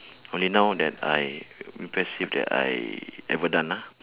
only now that I impressive that I ever done ah